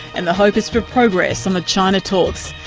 and the hope is for progress on the china talks.